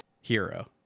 Hero